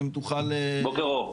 בוקר אור.